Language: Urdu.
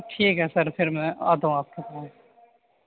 ٹھیک ہے سر پھر میں آتا ہوں آپ کے پاس